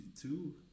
Two